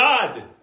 God